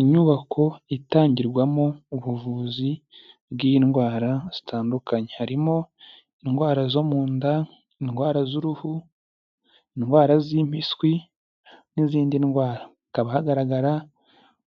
Inyubako itangirwamo ubuvuzi bw'indwara zitandukanye harimo indwara zo mu nda, indwara z'uruhu, indwara z'impiswi n'izindi ndwara. Hakaba hagaragara